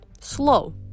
slow